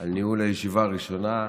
על ניהול הישיבה הראשונה.